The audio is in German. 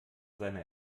seine